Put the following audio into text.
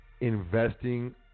investing